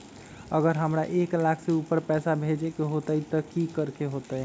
अगर हमरा एक लाख से ऊपर पैसा भेजे के होतई त की करेके होतय?